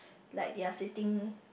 like they are sitting